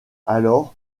alors